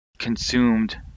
consumed